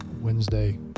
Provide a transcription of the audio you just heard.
Wednesday